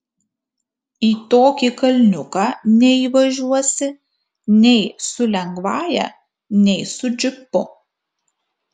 į tokį kalniuką neįvažiuosi nei su lengvąja nei su džipu